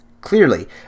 Clearly